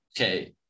okay